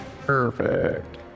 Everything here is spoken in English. Perfect